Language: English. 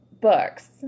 books